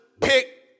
pick